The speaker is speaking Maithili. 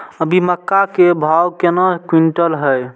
अभी मक्का के भाव केना क्विंटल हय?